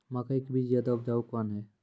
मकई के बीज ज्यादा उपजाऊ कौन है?